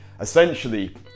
essentially